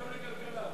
גם לכלכלה.